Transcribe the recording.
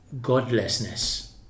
godlessness